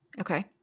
Okay